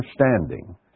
understanding